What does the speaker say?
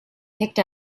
picked